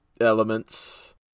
elements